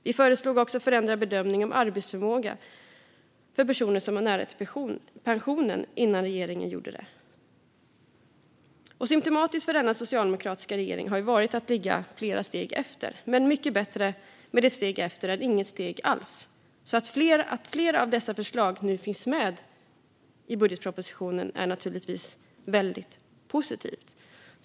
Vi föreslog också en förändrad bedömning av arbetsförmåga för personer som har nära till pensionen innan regeringen gjorde det. Symtomatiskt för denna socialdemokratiska regering har varit att ligga flera steg efter. Det är dock mycket bättre med ett steg än inget steg alls, så att flera av dessa förslag nu finns med i budgetpropositionen är naturligtvis väldigt positivt.